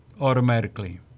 Automatically